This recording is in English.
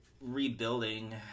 rebuilding